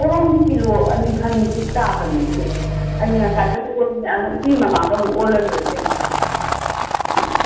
ꯄꯣꯔꯣꯡꯁꯤ kilo ꯑꯅꯤꯐꯥꯅꯤꯡꯆꯤꯠ ꯇꯥꯕꯅꯦ ꯏꯆꯦ ꯑꯩ ꯉꯁꯥꯏꯗꯁꯨ ꯑꯣꯟꯕꯅꯦ ꯑꯗꯣ ꯏꯆꯦꯒꯤ ꯃꯃꯥꯡꯗ ꯑꯃꯨꯛ ꯑꯣꯜꯂ ꯂꯣꯏꯔꯦ ꯀꯩꯅꯣ